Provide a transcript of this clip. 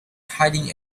hiding